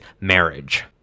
marriage